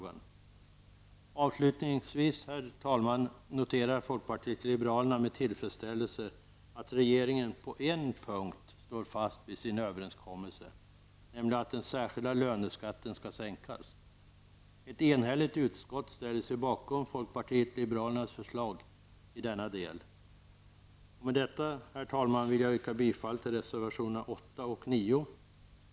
Avslutningsvis, herr talman, noterar folkpartiet liberalerna med tillfredsställelse att regeringen på en punkt står fast vid sin överenskommelse, nämligen att den särskilda löneskatten skall sänkas. Ett enhälligt utskott ställer sig bakom folkpartiet liberalernas förslag i den delen. Med detta, herr talman, vill jag yrka bifall till reservationerna 8 och 9.